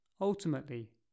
Ultimately